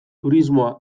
turismoa